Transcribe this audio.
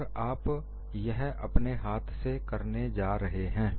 और आप यह अपने हाथ से करने जा रहे हैं